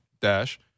dash